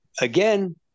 again